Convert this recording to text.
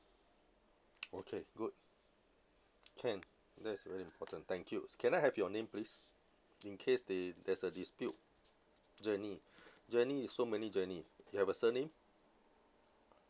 okay good can that is very important thank you can I have your name please in case they there's a dispute jenny jenny is so many jenny you have a surname